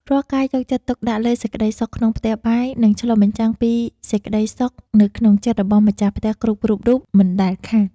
រាល់ការយកចិត្តទុកដាក់លើសេចក្តីសុខក្នុងផ្ទះបាយនឹងឆ្លុះបញ្ចាំងពីសេចក្តីសុខនៅក្នុងចិត្តរបស់ម្ចាស់ផ្ទះគ្រប់ៗរូបមិនដែលខាន។